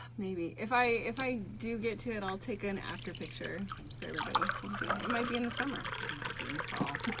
maybe, if i if i do get to it i'll take an after picture for everybody. it might be in the summer, it might be in the fall.